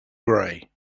gray